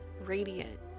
radiant